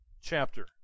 chapter